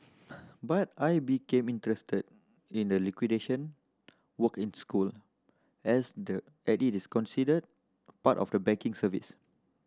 but I became interested in the liquidation work in school as the as it is considered part of the banking service